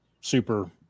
super